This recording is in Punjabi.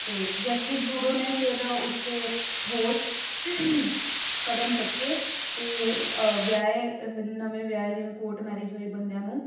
ਅਤੇ ਜਸਟਿਨ ਟਰੂਡੋ ਨੇ ਫਿਰ ਉਸ 'ਤੇ ਠੋਸ ਕਦਮ ਚੁੱਕੇ ਅਤੇ ਵਿਆਹੇ ਨਵੇਂ ਵਿਆਹੇ ਜਿਵੇਂ ਕੋਰਟ ਮੈਰਿਜ ਹੋਏ ਬੰਦਿਆਂ ਨੂੰ